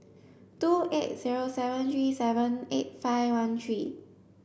two eight zero seven three seven eight five one three